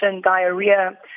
diarrhea